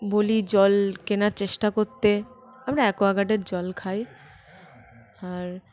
বলি জল কেনার চেষ্টা করতে আমরা অ্যাকোয়াগার্ডের জল খাই আর